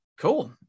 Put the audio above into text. Cool